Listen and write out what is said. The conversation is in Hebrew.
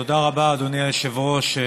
תודה רבה, אדוני היושב-ראש.